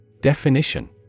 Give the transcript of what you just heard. Definition